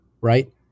Right